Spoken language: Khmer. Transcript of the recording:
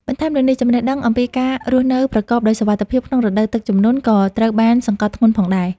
បន្ថែមលើនេះ ចំណេះដឹងអំពីការរស់នៅប្រកបដោយសុវត្ថិភាពក្នុងរដូវទឹកជំនន់ ក៏ត្រូវបានសង្កត់ធ្ងន់ផងដែរ។